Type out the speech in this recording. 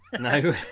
No